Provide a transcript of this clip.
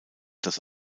das